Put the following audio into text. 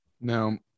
Now